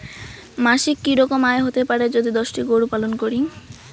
মাসিক কি রকম আয় হতে পারে যদি দশটি গরু পালন করি?